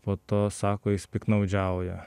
po to sako jis piktnaudžiauja